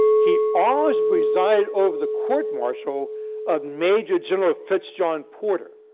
he also presided over the court-martial of major general fitz john porter.